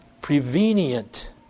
prevenient